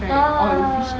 !wah!